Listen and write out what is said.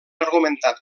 argumentat